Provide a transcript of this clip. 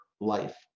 life